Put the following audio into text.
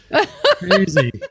Crazy